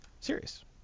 Serious